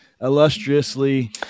illustriously –